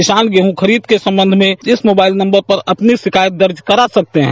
किसान गेहूं खरीद के संबंध में इस मोबाइल नंबर पर अपनी शिकायत दर्ज करा सकते हैं